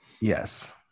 Yes